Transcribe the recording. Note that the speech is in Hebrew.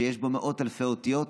שיש בו מאות אלפי אותיות,